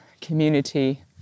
community